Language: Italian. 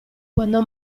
quando